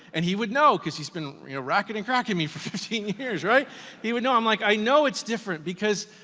and he would know, cause he's been you know rackin and crackin' me for fifteen years, he would know. i'm like, i know it's different, because